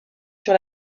sur